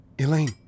Elaine